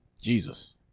jesus